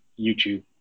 YouTube